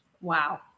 Wow